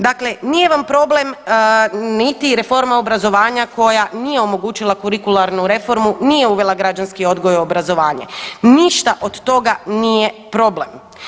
Dakle, nije vam problem niti reforma obrazovanja koja nije omogućila kurikularnu reformu, nije uvela građanski odgoj i obrazovanje, ništa od toga nije problem.